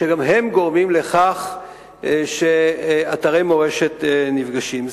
שגם הם גורמים לכך שאתרי מורשת נפגעים.